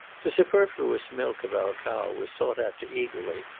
the superfluous milk of our cow was sought after eagerly,